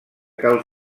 cal